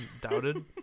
doubted